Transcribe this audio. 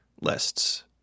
lists